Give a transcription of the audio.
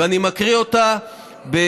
ואני מקריא את ההחלטה: